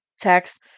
text